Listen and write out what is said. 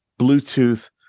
bluetooth